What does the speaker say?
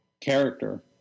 character